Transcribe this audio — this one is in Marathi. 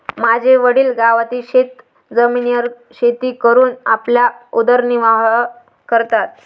माझे वडील गावातील शेतजमिनीवर शेती करून आपला उदरनिर्वाह करतात